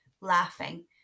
laughing